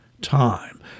time